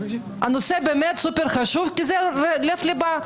הנושא סופר חשוב, כי זה הליבה.